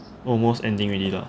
almost ending already lah